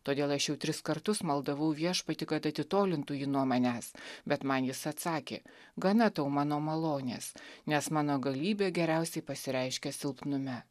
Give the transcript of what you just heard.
todėl aš jau tris kartus maldavau viešpatį kad atitolintų jį nuo manęs bet man jis atsakė gana tau mano malonės nes mano galybė geriausiai pasireiškia silpnume